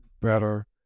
better